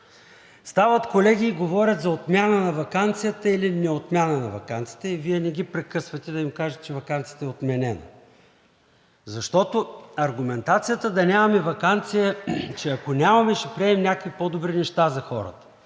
Стават колеги и говорят за отмяна на ваканцията или неотмяна на ваканцията, и Вие не ги прекъсвате да им кажете, е, че ваканцията е отменена. Защото аргументацията да нямаме ваканция, че ако нямаме, ще приемем някакви по-добри неща за хората.